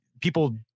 people